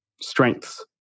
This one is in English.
strengths